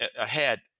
ahead